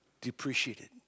depreciated